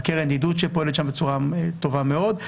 הקרן לידידות שפועלת שם בצורה טובה מאוד,